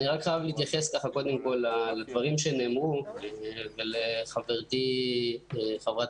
להתייחס לדברים שנאמרו על ידי חברת